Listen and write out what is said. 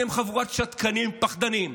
אתם חבורת שתקנים פחדנים.